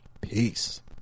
peace